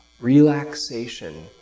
relaxation